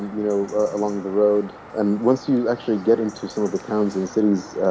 you know, along the road and once you actually get into some of the towns and cities,